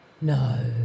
No